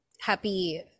happy